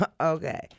okay